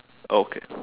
okay